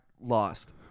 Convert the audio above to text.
lost